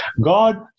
God